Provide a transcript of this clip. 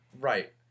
Right